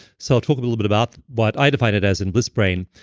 so i'll talk a little bit about what i define it as in bliss brain.